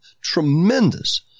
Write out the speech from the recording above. tremendous